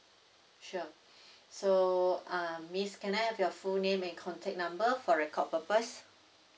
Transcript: sure so uh miss can I have your full name and contact number for record purpose